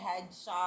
headshot